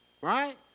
Right